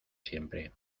siempre